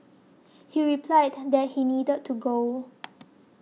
he replied that he needed to go